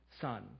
son